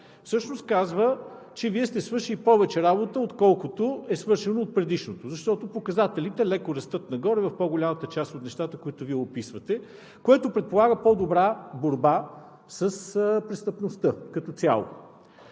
всъщност казва, че Вие сте свършили повече работа, отколкото е свършено от предишното, защото показателите леко растат нагоре в по-голяма част от нещата, които Вие описвате, което предполага по-добра борба с престъпността като цяло.